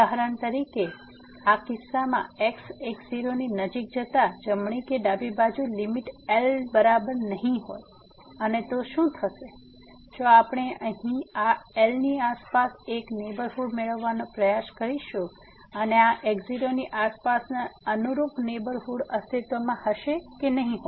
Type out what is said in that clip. ઉદાહરણ તરીકે આ કિસ્સામાં x x0 ની નજીક જતા જમણી કે ડાબી બાજુની લીમીટ L બરાબર નહીં હોય અને તો શું થશે જો આપણે અહીં આ L ની આસપાસ એક નેહબરહુડ મેળવવાનો પ્રયાસ કરશું અને આ x0 ની આસપાસના અનુરૂપ નેહબરહુડ અસ્તિત્વમાં હશે કે નહીં